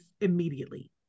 immediately